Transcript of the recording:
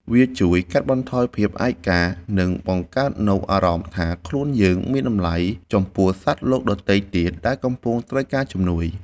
វាជួយកាត់បន្ថយភាពឯកា និងបង្កើតនូវអារម្មណ៍ថាខ្លួនយើងមានតម្លៃចំពោះសត្វលោកដទៃទៀតដែលកំពុងត្រូវការជំនួយ។